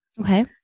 Okay